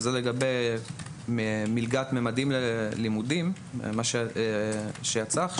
לגבי מלגת "ממדים ללימודים" שיצאה עכשיו,